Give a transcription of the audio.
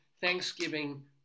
Thanksgiving